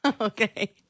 Okay